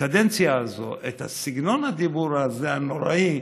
בקדנציה הזו, את סגנון הדיבור הנוראי,